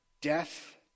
death